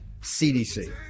CDC